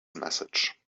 message